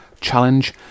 challenge